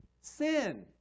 sin